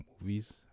movies